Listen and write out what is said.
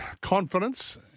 Confidence